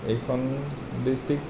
এইখন ডিষ্ট্ৰিক